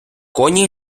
коні